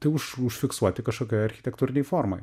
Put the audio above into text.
tai už užfiksuoti kažkokioje architektūrinėje formoj